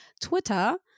twitter